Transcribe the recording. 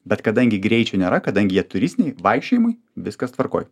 bet kadangi greičio nėra kadangi jie turistiniai vaikščiojimui viskas tvarkoj